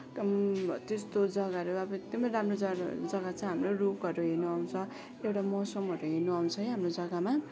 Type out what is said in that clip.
त्यस्तो जग्गाहरू आबो एकदमै राम्रो जग्गा छ हाम्रो रुखहरू हेर्नु आउँछ एउटा मौसमहरू हेर्नु आउँछ है हाम्रो जग्गामा